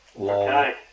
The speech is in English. Okay